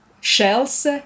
shells